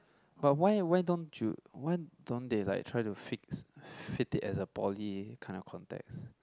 but why why don't you why don't they like try to fix fit it as poly kind of context